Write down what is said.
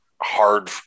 hard